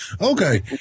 Okay